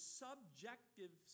subjective